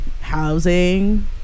housing